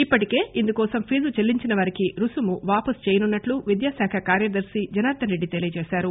ఇప్పటికే ఇందుకోసం ఫీజు చెల్లించినవారికి రుసుము వాపసు చేయనున్నట్లు విద్యా శాఖ కార్యదర్శి జనార్దన్ రెడ్డి తెలియజేశారు